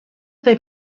they